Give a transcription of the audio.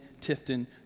Tifton